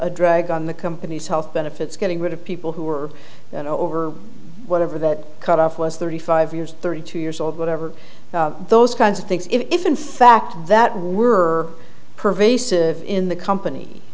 a drag on the company's health benefits getting rid of people who are and over whatever that cutoff was thirty five years thirty two years or whatever those kinds of things if in fact that were pervasive in the company